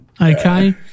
okay